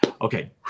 Okay